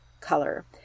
color